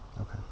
Okay